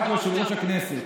בכובעך כיושב-ראש הישיבה.